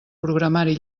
programari